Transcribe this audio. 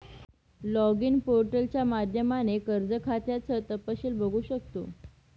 login पोर्टलच्या माध्यमाने कर्ज खात्याचं तपशील बघू शकतो